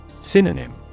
Synonym